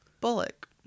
Bullock